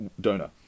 donor